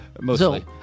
Mostly